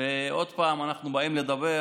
ועוד פעם אנחנו באים לדבר